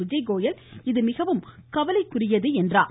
விஜய்கோயல் இது மிகவும் கவலைக்குரியது என்றார்